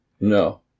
No